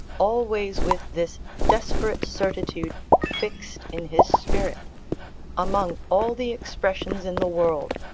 always with this desperate certitude fixed in his spirit among all the expressions in the world,